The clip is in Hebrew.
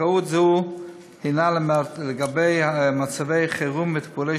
זכאות זו הינה לגבי מצבי חירום וטיפולי